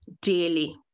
daily